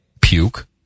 puke